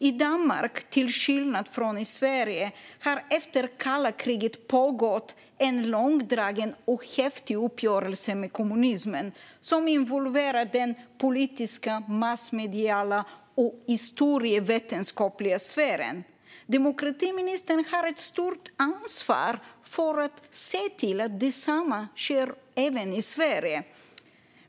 I Danmark har det, till skillnad från i Sverige, efter kalla kriget pågått en långdragen och häftig uppgörelse med kommunismen som involverat den politiska, massmediala och historievetenskapliga sfären. Demokratiministern har ett stort ansvar för att se till att detsamma sker även i Sverige.